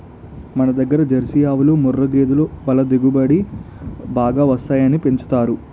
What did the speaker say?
మనదగ్గర జెర్సీ ఆవులు, ముఱ్ఱా గేదులు పల దిగుబడి బాగా వస్తాయని పెంచుతారు